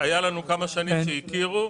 היו כמה שנים שהכירו.